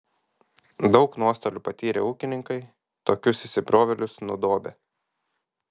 daug nuostolių patyrę ūkininkai tokius įsibrovėlius nudobia